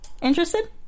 interested